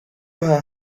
her